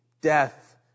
Death